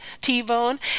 T-Bone